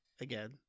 again